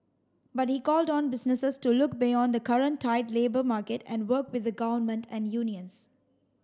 but he called on businesses to look beyond the current tight labour market and work with the Government and unions